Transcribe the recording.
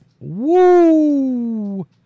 Woo